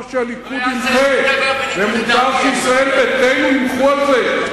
מותר שהליכוד ימחה ומותר שישראל ביתנו ימחו על זה.